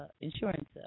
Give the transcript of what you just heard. insurance